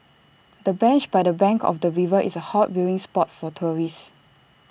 the bench by the bank of the river is A hot viewing spot for tourists